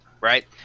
right